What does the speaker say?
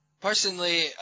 Personally